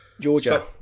Georgia